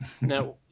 Now